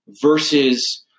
versus